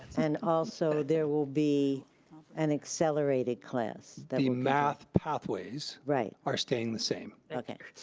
and also there will be an accelerated class. the math pathways right. are staying the same. okay.